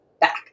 back